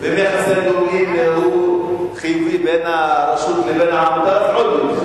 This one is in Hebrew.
ואם יחסי הגומלין בין הרשות לבין העמותה הם חיוביים,